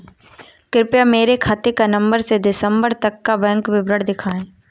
कृपया मेरे खाते का नवम्बर से दिसम्बर तक का बैंक विवरण दिखाएं?